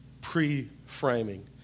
pre-framing